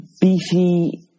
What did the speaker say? beefy